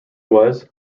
was